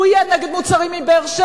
הוא יהיה נגד מוצרים מבאר-שבע,